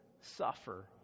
suffer